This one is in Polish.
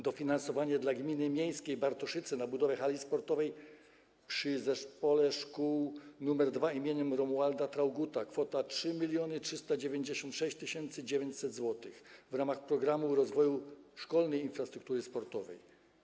Dofinansowanie dla gminy miejskiej Bartoszyce na budowę hali sportowej przy Zespole Szkół nr 2 im. Romualda Traugutta - kwota 3 396 900 zł w ramach „Programu rozwoju szkolnej infrastruktury sportowej”